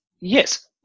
Yes